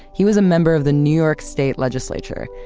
he was a member of the new york state legislature,